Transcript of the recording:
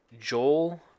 Joel